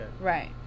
Right